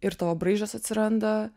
ir tavo braižas atsiranda